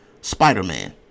Spider-Man